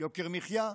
יוקר מחיה,